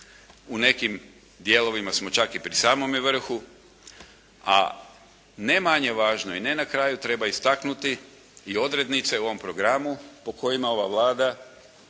U nekim dijelovima smo čak i pri samome vrhu, a ne manje važno i ne na kraju treba istaknuti i odrednice u ovom programu po kojima ova Vlada